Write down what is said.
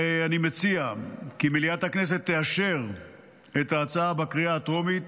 אני מציע כי מליאת הכנסת תאשר את ההצעה בקריאה טרומית